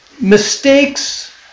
Mistakes